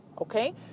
okay